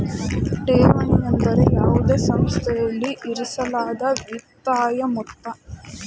ಠೇವಣಿ ಎಂದರೆ ಯಾವುದೇ ಸಂಸ್ಥೆಯಲ್ಲಿ ಇರಿಸಲಾದ ವಿತ್ತೀಯ ಮೊತ್ತ